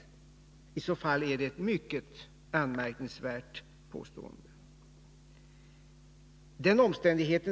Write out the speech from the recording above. I så fall är det ett mycket anmärkningsvärt påstående.